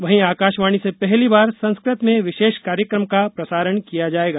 वहीं आकाशवाणी से पहली बार संस्कृत में विशेष कार्यक्रम का प्रसारण किया जायेगा